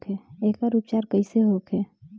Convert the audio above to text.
एकर उपचार कईसे होखे?